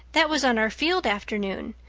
that was on our field afternoon.